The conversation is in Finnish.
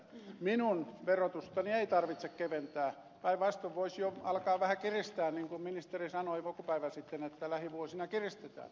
minun verotustani ei tarvitse keventää päinvastoin voisi jo alkaa vähän kiristää niin kuin ministeri sanoi joku päivä sitten että lähivuosina kiristetään